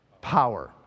power